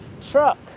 truck